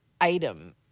item